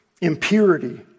impurity